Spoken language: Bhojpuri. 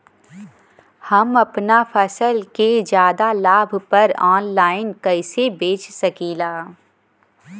हम अपना फसल के ज्यादा लाभ पर ऑनलाइन कइसे बेच सकीला?